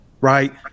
right